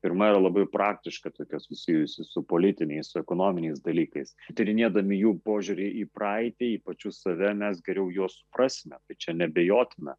pirma yra labai praktiška tokia susijusi su politiniais ekonominiais dalykais tyrinėdami jų požiūrį į praeitį į pačius save mes geriau jos prasme tai čia neabejotina